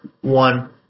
one